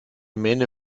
mähne